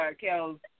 Kells